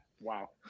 Wow